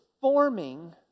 forming